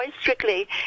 strictly